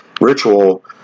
ritual